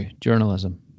journalism